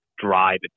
drive